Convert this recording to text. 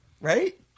Right